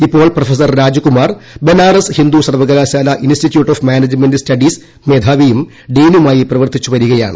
ഇപ്പോൾ പ്രൊഫസർ രാജ്കുമാർ ബനാറസ് ഹിന്ദു സർവ്വകലാശാല institute of management studies മേധാവിയും ഡീനുമായി പ്രവർത്തിച്ചുവരികയാണ്